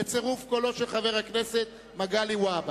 בצירוף קולו של חבר הכנסת מגלי והבה.